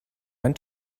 ein